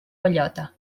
bellota